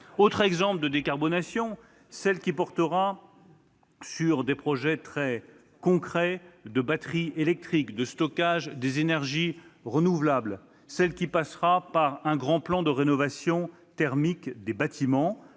Autre exemple de décarbonation, celle qui portera sur des projets très concrets, comme les batteries électriques, les projets de stockage des énergies renouvelables, celle qui passera par un grand plan de rénovation thermique des bâtiments.